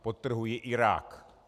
Podtrhuji Irák.